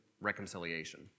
reconciliation